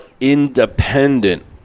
independent